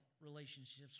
relationships